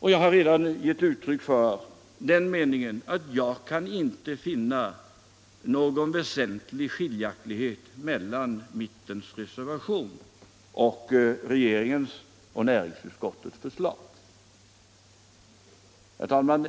Jag har redan förut sagt att jag inte kan finna någon väsentlig skiljaktighet mellan mittens reservation och regeringens och näringsutskottets förslag. Herr talman!